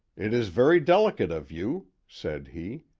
it is very delicate of you, said he,